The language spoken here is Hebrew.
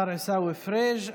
תודה לשר עיסאווי פריג'.